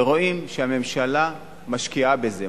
ורואים שהממשלה משקיעה בזה,